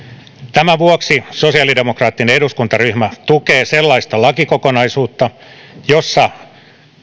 tämän vuoksi sosiaalidemokraattinen eduskuntaryhmä tukee sellaista lakikokonaisuutta jossa